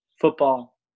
football